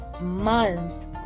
month